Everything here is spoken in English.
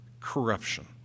corruption